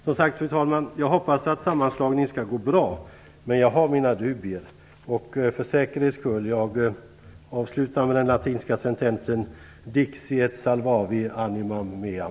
Som sagt, fru talman, hoppas jag att sammanslagningen skall gå bra, men jag har mina dubier. För säkerhets skull avslutar jag med den latinska sentensen dixi et salvavi animam meam.